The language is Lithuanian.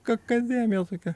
ką kalbėjom vėl tokia